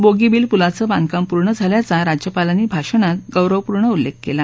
बोगीबिल पुलाचं बांधकाम पूर्ण झाल्याचा राज्यपालांनी भाषणात गौरवपूर्ण उल्लेख केला